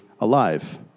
alive